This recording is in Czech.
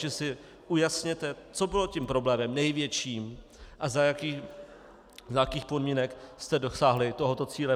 Takže si ujasněte, co bylo tím problémem největším a za jakých podmínek jste dosáhli tohoto cíle.